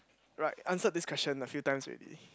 right answered this question a few times already